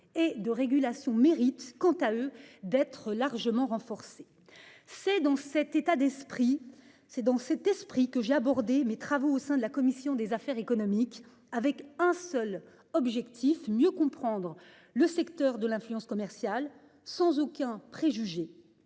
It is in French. et de régulation mérite quant à eux d'être largement renforcé. C'est dans cet état d'esprit. C'est dans cet esprit que j'ai abordé mes travaux au sein de la commission des affaires économiques avec un seul objectif, mieux comprendre le secteur de l'influence commerciale sans aucun préjugé